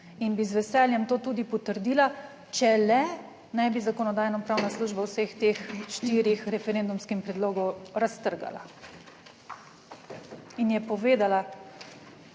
in bi z veseljem to tudi potrdila, če le ne bi Zakonodajno-pravna služba v vseh teh štirih referendumskih predlogov raztrgala in je povedala,